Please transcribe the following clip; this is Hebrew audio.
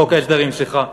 חוק ההסדרים, סליחה.